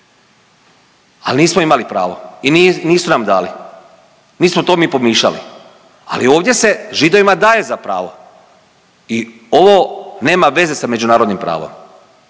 Ali nismo imali pravo i nisu nam dali, nismo to ni pomišljali, ali ovdje se Židovima daje za pravo i ovo nema veze sa međunarodnim pravom.